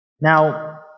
Now